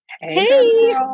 Hey